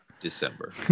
December